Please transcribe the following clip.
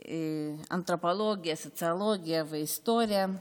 אנתרופולוגיה, סוציולוגיה והיסטוריה,